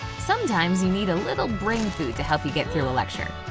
sometimes, you need a little brain food to help you get through a lecture.